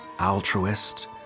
altruist